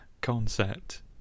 concept